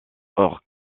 hors